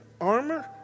armor